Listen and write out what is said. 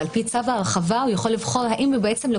ועל פי צו ההרחבה הוא יכול לבחור האם הוא לוקח